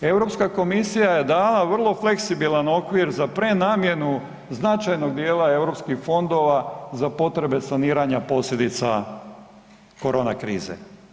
Europska komisija je dala vrlo fleksibilan okvir za prenamjenu značajnog dijela Europskih fondova za potrebe saniranja posljedica korona krize.